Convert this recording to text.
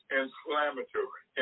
inflammatory